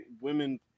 women